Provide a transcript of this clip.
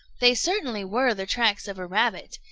they certainly were the tracks of a rabbit,